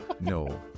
No